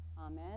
Amen